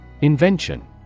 Invention